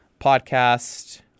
podcast